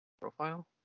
Profile